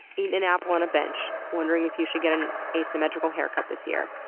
eating an apple on a bench, wondering if you should get an asymmetrical haircut this year.